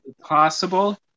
possible